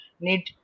need